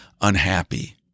unhappy